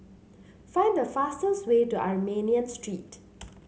find the fastest way to Armenian Street